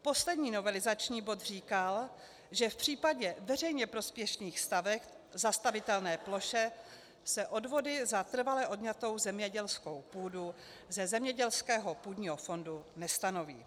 Poslední novelizační bod říkal, že v případě veřejně prospěšných staveb v zastavitelné ploše se odvody za trvale odňatou zemědělskou půdu ze zemědělského půdního fondu nestanoví.